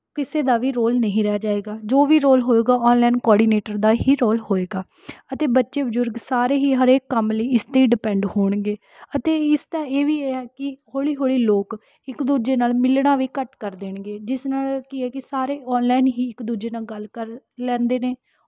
ਕਿਸੇ ਦਾ ਵੀ ਰੋਲ ਨਹੀਂ ਰਹਿ ਜਾਏਗਾ ਜੋ ਵੀ ਰੋਲ ਹੋਏਗਾ ਆਨਲਾਈਨ ਕੋਆਡੀਨੇਟਰ ਦਾ ਹੀ ਰੋਲ ਹੋਏਗਾ ਅਤੇ ਬੱਚੇ ਬਜ਼ੁਰਗ ਸਾਰੇ ਹੀ ਹਰੇਕ ਕੰਮ ਲਈ ਇਸ 'ਤੇ ਡੀਪੈਂਡ ਹੋਣਗੇ ਅਤੇ ਇਸ ਦਾ ਇਹ ਵੀ ਹੈ ਕਿ ਹੌਲੀ ਹੌਲੀ ਲੋਕ ਇੱਕ ਦੂਜੇ ਨਾਲ ਮਿਲਣਾ ਵੀ ਘੱਟ ਕਰ ਦੇਣਗੇ ਜਿਸ ਨਾਲ ਕਿ ਹੈ ਕਿ ਸਾਰੇ ਹੀ ਆਨਲਾਇਨ ਹੀ ਇੱਕ ਦੂਜੇ ਨਾਲ ਗੱਲ ਕਰਨ ਲੈਂਦੇ ਨੇ